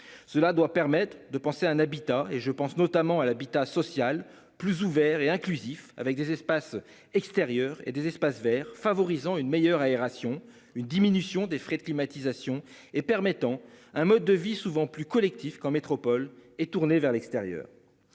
Cela doit permettre de penser un habitat et je pense notamment à l'habitat social plus ouvert et inclusif avec des espaces extérieurs et des espaces verts, favorisant une meilleure aération une diminution des frais de climatisation et permettant un mode de vie souvent plus collectif qu'en métropole et tourné vers l'extérieur.